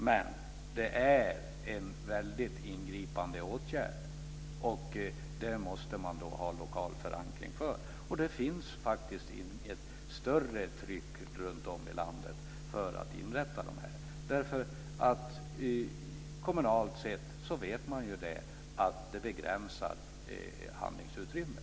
Men att inrätta en sådan park är en väldigt ingripande åtgärd, som man måste ha lokal förankring för. Det finns faktiskt inget större tryck runtom i landet för att inrätta nationalstadsparker. På kommunal nivå vet man att sådana begränsar handlingsutrymmet.